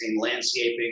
landscaping